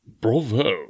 Bravo